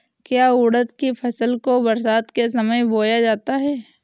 क्या उड़द की फसल को बरसात के समय बोया जाता है?